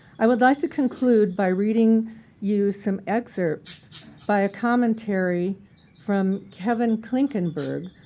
i would like to conclude by reading you some excerpts by a commentary from kevin klinkenberg,